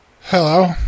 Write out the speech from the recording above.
Hello